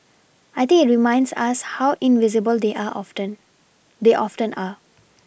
I think it reminds us how invisible they are often they often are